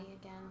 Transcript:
again